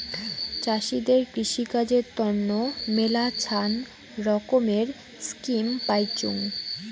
চাষীদের কৃষিকাজের তন্ন মেলাছান রকমের স্কিম পাইচুঙ